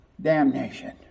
damnation